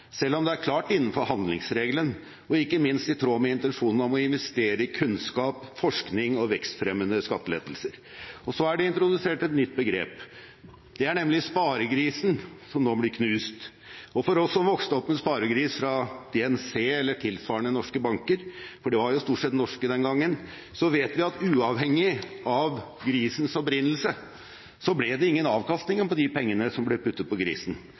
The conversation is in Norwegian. selv om det er klart innenfor handlingsregelen og ikke minst i tråd med intensjonen om å investere i kunnskap, forskning og vekstfremmende skattelettelser. Nå er det også introdusert et nytt begrep: Det er visstnok sparegrisen som nå blir knust. Men vi som vokste opp med en sparegris fra DnC eller tilsvarende norske banker – for de var jo stort sett norske den gangen – vet at uavhengig av grisens opprinnelse ble det ingen avkastning på de pengene som ble puttet på grisen.